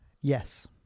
Yes